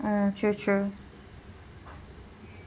uh true true